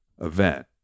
event